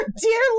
dear